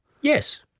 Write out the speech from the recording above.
Yes